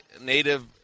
native